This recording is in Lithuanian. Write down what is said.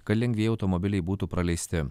kad lengvieji automobiliai būtų praleisti